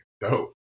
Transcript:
Dope